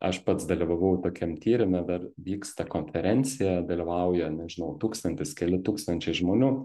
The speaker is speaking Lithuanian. aš pats dalyvavau tokiam tyrime dar vyksta konferencija dalyvauja nežinau tūkstantis keli tūkstančiai žmonių